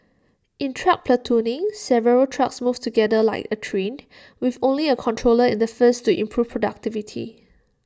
in truck platooning several trucks move together like A train with only A controller in the first to improve productivity